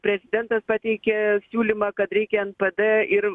prezidentas pateikė siūlymą kad reikia npd ir